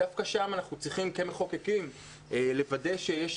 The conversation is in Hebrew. דווקא אנחנו צריכים כמחוקקים לוודא שיש